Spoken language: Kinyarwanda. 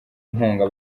nkunga